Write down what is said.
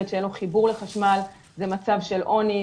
ילד שאין לו חיבור לחשמל זה מצב של עוני,